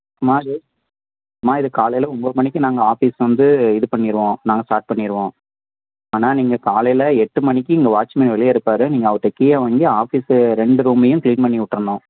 மா இது மா இது காலையில் ஒம்பது மணிக்கு நாங்கள் ஆஃபீஸ் வந்து இது பண்ணிவிடுவோம் நாங்கள் ஸ்டார்ட் பண்ணிவிடுவோம் ஆனால் நீங்கள் காலையில் எட்டு மணிக்கு இங்கே வாட்ச்மேன் வெளியே இருப்பார் நீங்கள் அவர்கிட்ட கீயை வாங்கி ஆஃபீஸ்ஸு ரெண்டு ரூமையும் கிளீன் பண்ணி விட்ருணும்